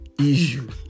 issue